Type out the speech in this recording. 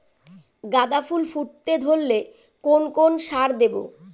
গাদা ফুল ফুটতে ধরলে কোন কোন সার দেব?